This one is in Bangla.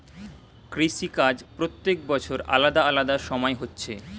কৃষি কাজ প্রত্যেক বছর আলাদা আলাদা সময় হচ্ছে